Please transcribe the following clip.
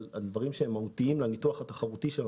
על דברים שהם משמעותיים לניתוח התחרותי שלנו,